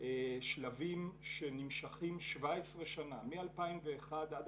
שלבים שנמשכים 17 שנים, מ-2001 עד